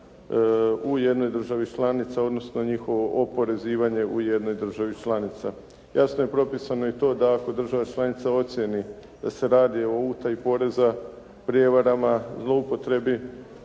u jednoj državi članici, odnosno njihovo oporezivanje u jednoj državi članici. Jasno je propisano i to da ako država članica ocijeni da se radi o utaji poreza, prijevarama, zloupotrebi,